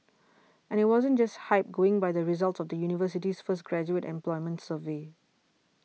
and it wasn't just hype going by the results of the university's first graduate employment survey